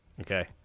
Okay